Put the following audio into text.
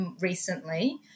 recently